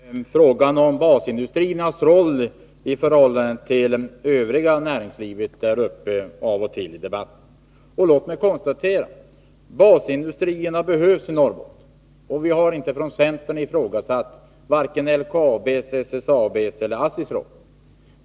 Herr talman! Frågan om basindustriernas roll i förhållande till det övriga näringslivet är av och till uppe i debatten. Låt mig konstatera att basindustrierna behövs i Norrbotten. Vi har från centern inte ifrågasatt vare sig LKAB:s, SSAB:s eller ASSI:s roll.